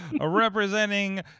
representing